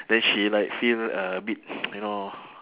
then she like feel a bit you know